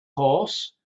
horse